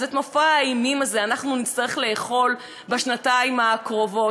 אז את מופע האימים הזה אנחנו נצטרך לאכול בשנתיים הקרובות,